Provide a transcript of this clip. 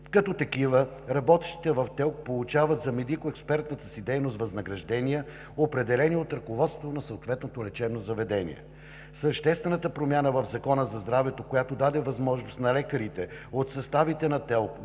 Като такива работещите в ТЕЛК получават за медико експертната си дейност възнаграждения, определени от ръководството на съответното лечебно заведение. Съществената промяна в Закона за здравето, която даде възможност на лекарите от съставите на ТЕЛК